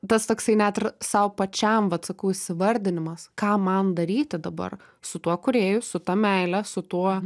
tas toksai net ir sau pačiam vat sakau įsivardinimas ką man daryti dabar su tuo kūrėju su ta meile su tuo